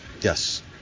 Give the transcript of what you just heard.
Yes